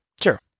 Sure